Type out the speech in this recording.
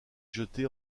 jeté